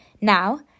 Now